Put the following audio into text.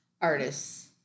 artists